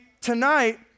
tonight